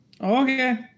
Okay